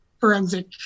forensic